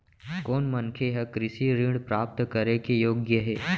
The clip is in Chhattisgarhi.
कोन मनखे ह कृषि ऋण प्राप्त करे के योग्य हे?